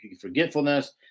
forgetfulness